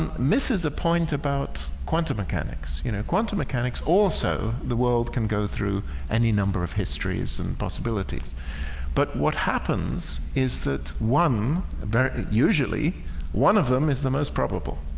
and misses a point about quantum mechanics, you know quantum mechanics also, the world can go through any number of histories and possibilities but what happens is that one variant usually one of them is the most probable,